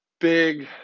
big